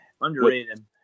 Underrated